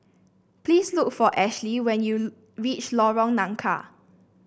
please look for Ashlie when you reach Lorong Nangka